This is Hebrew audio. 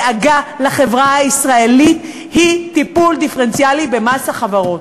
דאגה לחברה הישראלית היא טיפול דיפרנציאלי במס החברות.